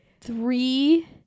three